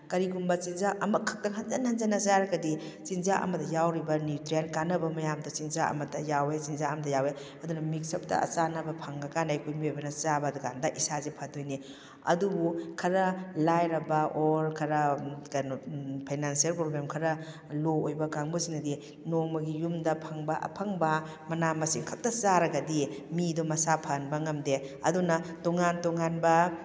ꯀꯔꯤꯒꯨꯝꯕ ꯆꯤꯟꯖꯥꯛ ꯑꯃꯈꯛꯇ ꯍꯟꯖꯟ ꯍꯟꯖꯟꯅ ꯆꯥꯔꯒꯗꯤ ꯆꯤꯟꯖꯥꯛ ꯑꯃꯗ ꯌꯥꯎꯔꯤꯕ ꯅ꯭ꯌꯨꯇ꯭ꯔꯦꯟ ꯀꯥꯟꯅꯕ ꯃꯌꯥꯝꯗꯣ ꯆꯤꯟꯖꯥꯛ ꯑꯃꯗ ꯌꯥꯎꯋꯦ ꯆꯤꯟꯖꯥꯛ ꯑꯃꯗ ꯌꯥꯎꯋꯦ ꯑꯗꯨꯅ ꯃꯤꯛꯁ ꯎꯞꯇ ꯆꯥꯅꯕ ꯐꯪꯉꯀꯥꯟꯗ ꯑꯩꯈꯣꯏ ꯃꯤꯑꯣꯏꯕ ꯆꯥꯕ ꯀꯥꯟꯗ ꯏꯁꯥꯁꯦ ꯐꯗꯣꯏꯅꯤ ꯑꯗꯨꯕꯨ ꯈꯔ ꯂꯥꯏꯔꯕ ꯑꯣꯔ ꯈꯔ ꯀꯩꯅꯣ ꯐꯥꯏꯅꯥꯟꯁꯦꯜ ꯄ꯭ꯔꯣꯕ꯭ꯂꯦꯝ ꯈꯔ ꯂꯣ ꯑꯣꯏꯕ ꯀꯥꯡꯕꯨꯁꯤꯅꯗꯤ ꯅꯣꯡꯃꯒꯤ ꯌꯨꯝꯗ ꯐꯪꯕ ꯑꯐꯪꯕ ꯃꯅꯥ ꯃꯁꯤꯡ ꯈꯛꯇ ꯆꯥꯔꯒꯗꯤ ꯃꯤꯗꯣ ꯃꯁꯥ ꯐꯍꯟꯕ ꯉꯝꯗꯦ ꯑꯗꯨꯅ ꯇꯣꯉꯥꯟ ꯇꯣꯉꯥꯟꯕ